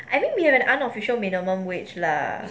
I think we have an unofficial minimum wage lah